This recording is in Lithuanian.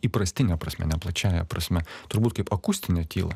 įprastine prasme ne plačiąja prasme turbūt kaip akustinę tylą